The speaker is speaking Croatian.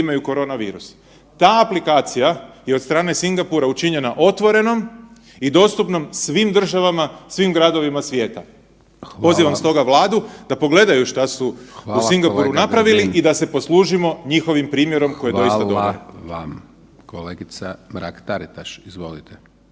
imaju korona virus. Ta aplikacija je od strane Singapura učinjena otvorenom i dostupnom svim državama, svim gradovima svijeta. Pozivam stoga Vlada da pogledaju šta su u Singapuru napravili …/Upadica: Hvala kolega Grbin./… i da se poslužimo njihovim primjerom koji je doista dobar. **Hajdaš Dončić, Siniša (SDP)** Hvala vam. Kolegica Mrak Taritaš, izvolite.